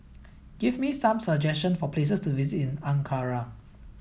give me some suggestion for places to visit in Ankara